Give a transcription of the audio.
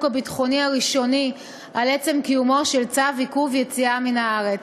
הביטחוני הראשוני על עצם קיומו של צו עיכוב יציאה מהארץ.